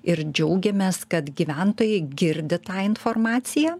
ir džiaugiamės kad gyventojai girdi tą informaciją